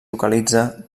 localitza